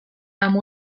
amb